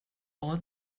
all